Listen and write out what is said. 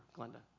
Glenda